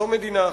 זו מדינה אחת.